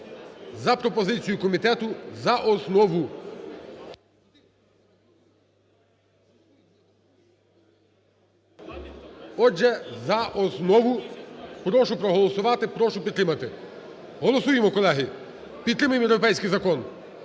за пропозицією комітету за основу. Отже, за основу прошу проголосувати, прошу підтримати. Голосуємо, колеги, підтримаємо європейський закон.